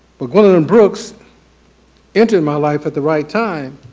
but gwendolyn brooks entered my life at the right time,